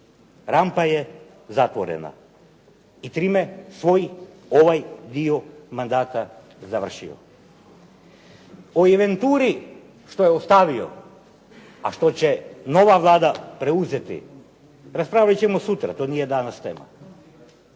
Rampa je zatvorena. I time svoj ovaj dio mandata završio. U inventuri što je ostavio, a što će nova Vlada preuzeti raspraviti ćemo sutra, to nije danas tema.